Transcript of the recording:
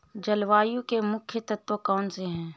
जलवायु के मुख्य तत्व कौनसे हैं?